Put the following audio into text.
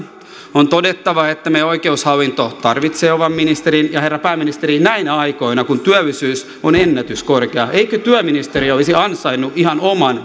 on todettava että meidän oikeushallinto tarvitsee oman ministerin ja herra pääministeri näinä aikoina kun työllisyys on ennätyskorkea eikö työministeriö olisi ansainnut ihan oman